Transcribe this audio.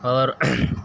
اور